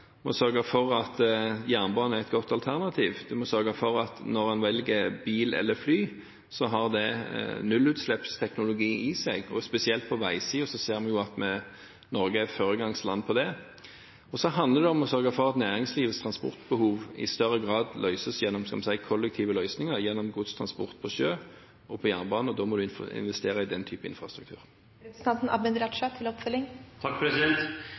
må sørge for at jernbanen er et godt alternativ. En må sørge for at når en velger bil eller fly, har det nullutslippsteknologi i seg. Spesielt på veisiden ser vi at Norge er et foregangsland. Så handler det om å sørge for at næringslivets transportbehov i større grad skjer gjennom – som sagt – kollektive løsninger, gjennom godstransport på sjø og på jernbane. Da må en investere i den typen infrastruktur.